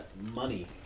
Money